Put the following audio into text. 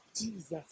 Jesus